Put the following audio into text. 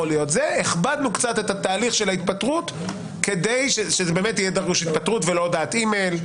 הכבדנו קצת את תהליך ההתפטרות כדי שיהיה דרוש התפטרות ולא הודעת אימייל,